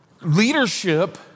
leadership